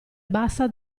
bassa